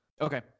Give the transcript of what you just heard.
okay